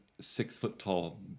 six-foot-tall